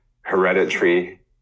hereditary